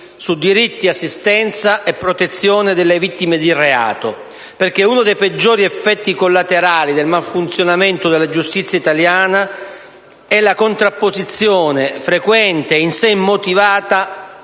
su diritti, assistenza e protezione delle vittime di reato, perché uno dei peggiori effetti collaterali del malfunzionamento della giustizia italiana è la contrapposizione, frequente e in sé immotivata,